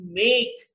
make